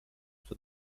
for